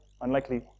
unlikely